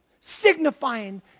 signifying